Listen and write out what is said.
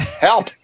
Help